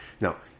Now